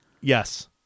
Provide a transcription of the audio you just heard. Yes